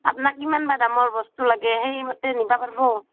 আপোনাক কিমান বা দামৰ বস্তু লাগে সেইমতে নিব পাৰিব